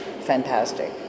fantastic